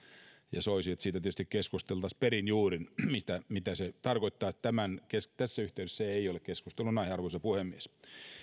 että soisi että tietysti keskusteltaisiin perin juurin siitä mitä se tarkoittaa tässä yhteydessä se ei ole keskustelunaihe arvoisa puhemies